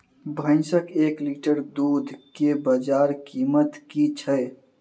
भैंसक एक लीटर दुध केँ बजार कीमत की छै?